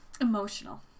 emotional